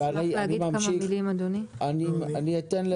אני עוד כאן.